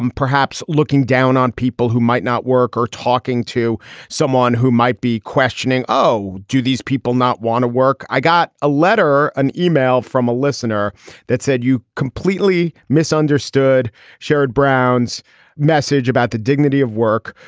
um perhaps looking down on people who might not work or talking to someone who might be questioning, oh, do these people not want to work? i got a letter, an email from a listener that said you completely misunderstood sherrod brown's message about the dignity of work.